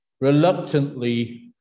reluctantly